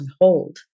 hold